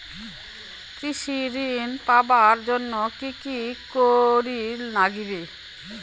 কৃষি ঋণ পাবার জন্যে কি কি করির নাগিবে?